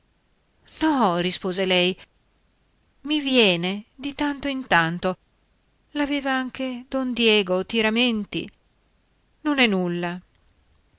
no rispose lei i viene di tanto in tanto l'aveva anche don diego ti rammenti non è nulla